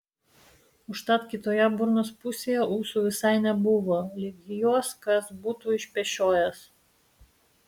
užtat kitoje burnos pusėje ūsų visai nebuvo lyg juos kas būtų išpešiojęs